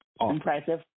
impressive